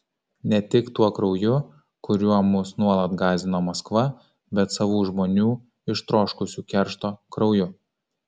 ne tik tuo krauju kuriuo mus nuolat gąsdino maskva bet savų žmonių ištroškusių keršto krauju